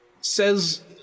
says